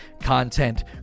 content